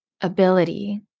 ability